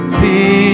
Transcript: see